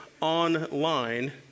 online